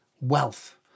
wealth